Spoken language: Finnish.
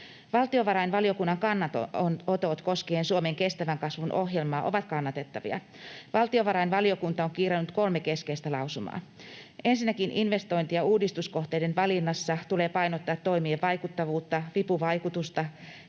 Valtiovarainvaliokunnan kannanotot koskien Suomen kestävän kasvun ohjelmaa ovat kannatettavia. Valtiovarainvaliokunta on kirjannut kolme keskeistä lausumaa: Ensinnäkin investointi‑ ja uudistuskohteiden valinnassa tulee painottaa toimien vaikuttavuutta, vipuvaikutusta